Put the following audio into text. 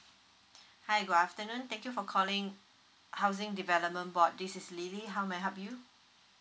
hi good afternoon thank you for calling housing development board this is lily how may I help you